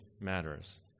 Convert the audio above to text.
matters